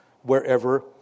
wherever